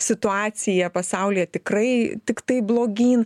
situacija pasaulyje tikrai tiktai blogyn